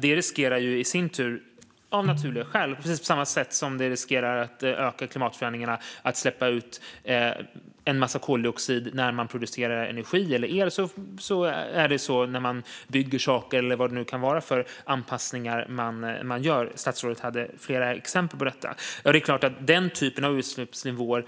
Det riskerar i sin tur att öka klimatförändringarna om man släpper ut en massa koldioxid när man producerar energi eller el när man bygger saker eller vad det nu kan vara för anpassningar man gör. Statsrådet hade flera exempel på detta. Det är klart att den typen av utsläppsnivåer